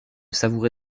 savourer